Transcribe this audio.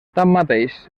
tanmateix